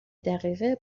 دقیقه